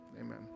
Amen